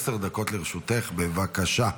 עשר דקות לרשותך, בבקשה.